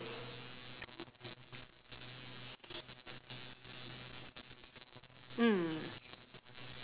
mm